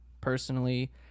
personally